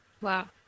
wow